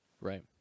Right